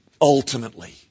ultimately